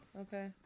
Okay